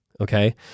okay